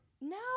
No